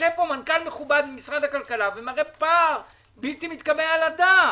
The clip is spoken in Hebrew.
שיושב פה מנכ"ל מכובד ממשרד הכלכלה ומראה פער בלתי מתקבל על הדעת.